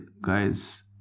guys